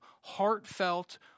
heartfelt